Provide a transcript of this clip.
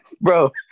bro